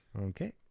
Okay